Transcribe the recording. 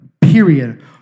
period